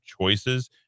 choices